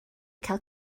cael